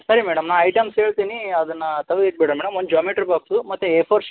ಸರಿ ಮೇಡಮ್ ನಾ ಐಟಮ್ಸ್ ಹೇಳ್ತಿನಿ ಅದನ್ನು ತಗ್ದು ಇಟ್ಟುಬಿಡಿ ಮೇಡಮ್ ಒಂದು ಜಾಮಿಟ್ರಿ ಬಾಕ್ಸು ಮತ್ತು ಎ ಫೋರ್ ಶೀಟ್